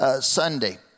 Sunday